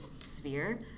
sphere